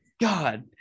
God